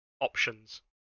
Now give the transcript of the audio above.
options